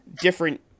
Different